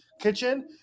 kitchen